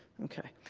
okay.